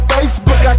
Facebook